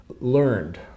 learned